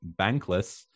Bankless